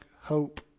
hope